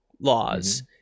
laws